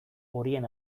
horien